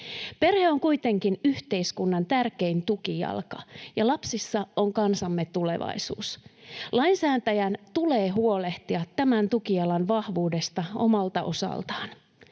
Perhe on kuitenkin yhteiskunnan tärkein tukijalka, ja lapsissa on kansamme tulevaisuus. Lainsäätäjän tulee huolehtia tämän tukijalan vahvuudesta omalta osaltaan.